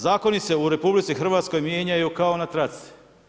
Zakoni se u RH mijenjaju kao na traci.